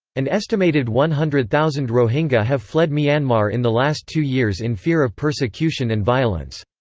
an estimated one hundred thousand rohingya have fled myanmar in the last two years in fear of persecution and violence.